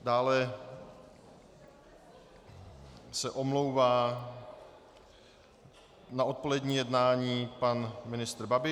Dále se omlouvá na odpolední jednání pan ministr Babiš.